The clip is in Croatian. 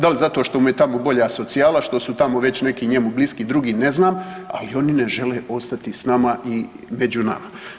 Da li zato što mu je tamo bolja socijala, što su tamo već neki njemu bliski drugi ne znam, ali oni ne žele ostati sa nama i među nama.